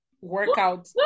workout